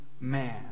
man